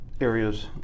areas